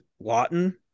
Lawton